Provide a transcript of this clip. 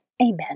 Amen